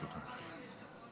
בבקשה.